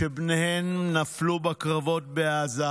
שבניהן נפלו בקרבות בעזה,